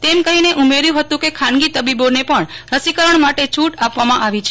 તેમ કહીને ઉમેર્યુ હતું કે ખાનગી તબીબોને પણ રસીકરણ માટે છુટ આપવામાં આવી છે